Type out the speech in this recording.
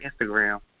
Instagram